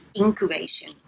incubation